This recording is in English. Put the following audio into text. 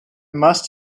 must